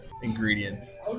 ingredients